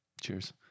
Cheers